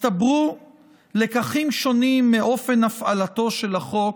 הצטברו לקחים שונים מאופן הפעלתו של החוק,